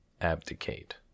abdicate